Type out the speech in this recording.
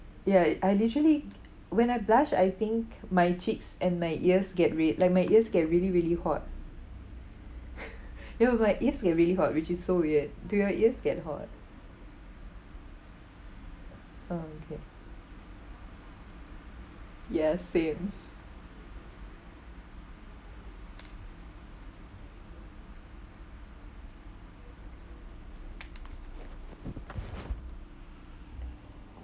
ya I initially when I blush I think my cheeks and my ears get red like my ears get really really hot ya I'm like yes get really hot which is so weird do your ears get hot oh okay ya same